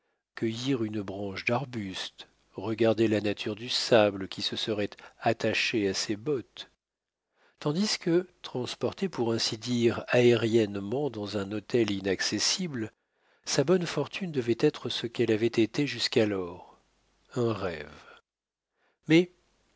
cueillir une branche d'arbuste regarder la nature du sable qui se serait attaché à ses bottes tandis que transporté pour ainsi dire aériennement dans un hôtel inaccessible sa bonne fortune devait être ce qu'elle avait été jusqu'alors un rêve mais